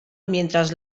mientras